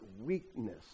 weakness